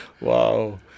Wow